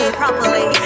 properly